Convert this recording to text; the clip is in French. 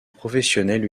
professionnelle